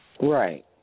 Right